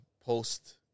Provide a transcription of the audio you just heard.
post